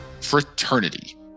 fraternity